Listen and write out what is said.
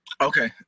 Okay